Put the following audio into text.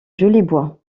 jolibois